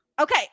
okay